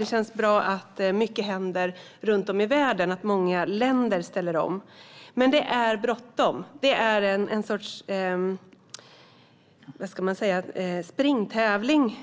Det känns bra att mycket händer runt om i världen, och många länder ställer om. Men det är bråttom. Det är som en springtävling